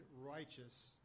righteous